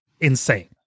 insane